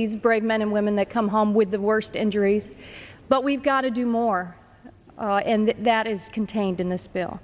these brave men and women that come home with the worst injuries but we've got to do more and that is contained in this bill